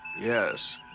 yes